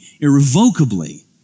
irrevocably